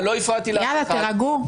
יאללה, תירגעו.